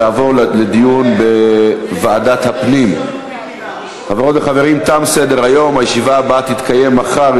לוועדת הפנים והגנת הסביבה נתקבלה.